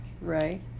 right